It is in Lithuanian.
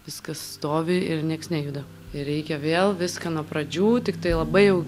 viskas stovi ir nieks nejuda ir reikia vėl viską nuo pradžių tiktai labai jau